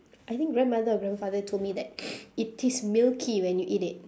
I think grandmother or grandfather told that it tastes milky when you eat it